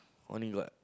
only got